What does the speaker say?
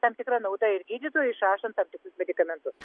tam tikra nauda ir gydytojui išrašant tam tikrus medikamentus